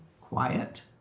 quiet